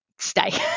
stay